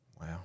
wow